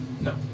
No